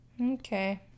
Okay